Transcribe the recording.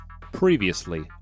Previously